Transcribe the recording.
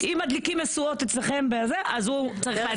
אם מדליקים משואות אצלכם בזה, אז הוא צריך להדליק.